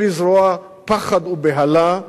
בלי לזרוע פחד ובהלה,